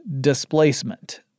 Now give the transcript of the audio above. displacement